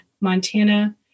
Montana